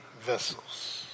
vessels